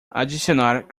adicionar